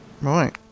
Right